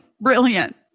brilliant